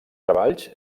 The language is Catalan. treballs